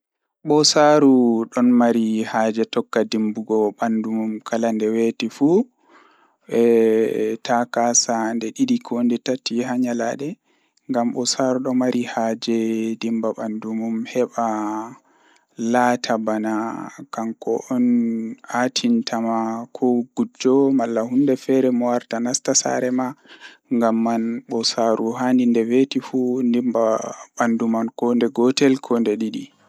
Ɓoosaaru ɗon mari haaje tokka dimbugo ɓanndu mum kala nde weeti fuu, Taa kaasa nde ɗiɗi ko nde tati haa nyalanɗe Ngan ɓoosaaru ɗon mari haaje dimba ɓanndu mum heɓa laata vana kanko on aatintama ko gujjo malla huunde feere ko warata nasta saare ma ngamman ɓoosaaru handi nde weeti fuu dimba ɓanndu man ko nde gotel ko nde ɗiɗi.